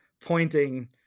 pointing